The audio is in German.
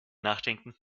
nachdenken